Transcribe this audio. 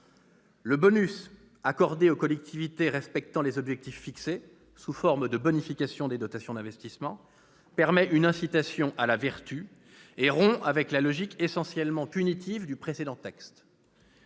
Le « bonus » accordé aux collectivités respectant les objectifs fixés, sous forme de bonification des dotations d'investissement, constitue une incitation à la vertu et rompt avec la logique essentiellement punitive du précédent texte.